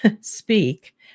speak